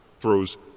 throws